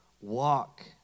walk